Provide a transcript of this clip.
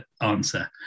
answer